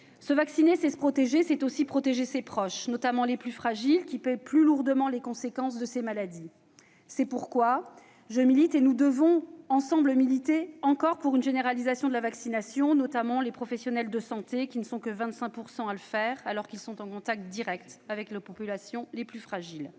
Se vacciner, c'est se protéger, mais aussi protéger ses proches, notamment les plus fragiles, qui paient plus lourdement les conséquences de ces maladies. C'est pourquoi nous devons, ensemble, continuer de militer pour une généralisation de la vaccination, notamment parmi les professionnels de santé, dont seulement 25 % se font vacciner, alors qu'ils sont en contact direct avec les populations les plus fragiles.